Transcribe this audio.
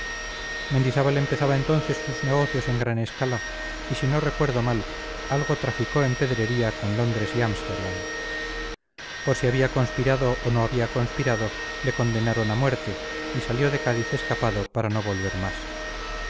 mendizábal empezaba entonces sus negocios en gran escala y si no recuerdo mal algo traficó en pedrería con londres y amsterdam por si había conspirado o no había conspirado le condenaron a muerte y salió de cádiz escapado para no volver más